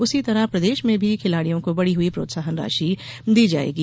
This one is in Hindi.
उसी तरह प्रदेश में भी खिलाड़ियों को बढ़ी हुई प्रोत्साहन राशि दी जायेगी